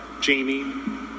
Jamie